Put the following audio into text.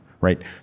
right